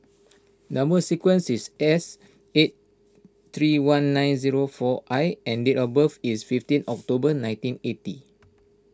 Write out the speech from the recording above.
Number Sequence is S eight three one nine zero four I and date of birth is fifteen October nineteen eighty